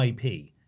IP